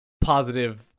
positive